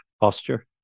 posture